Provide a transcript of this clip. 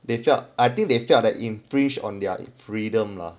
they felt I think they felt that infringe on their freedom lah